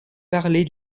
parlez